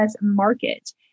Market